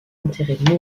intérêts